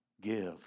Give